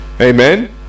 Amen